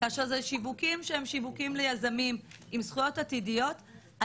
כאשר זה שיווקים שהם שיווקים ליזמים עם זכויות עתידיות,